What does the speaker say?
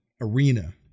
arena